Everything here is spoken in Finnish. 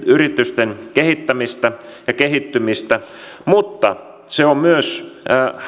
yritysten kehittämistä ja kehittymistä mutta se on myös